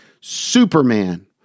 Superman